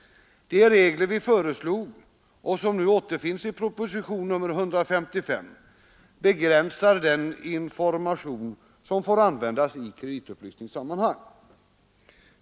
De regler som vi föreslog och. som nu återfinns i propositionen 155 begränsar den information som får användas i kreditupplysningssammanhang.